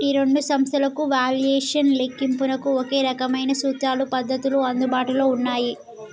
ఈ రెండు సంస్థలకు వాల్యుయేషన్ లెక్కింపునకు ఒకే రకమైన సూత్రాలు పద్ధతులు అందుబాటులో ఉన్నాయి